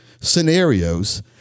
scenarios